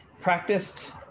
practiced